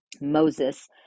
Moses